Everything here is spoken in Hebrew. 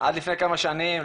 עד לפני כמה שנים,